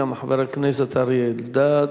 גם חבר הכנסת אריה אלדד.